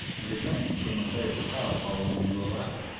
and returning came in sight of the crowd following the new arrival.